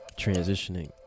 transitioning